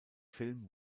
film